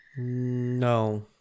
no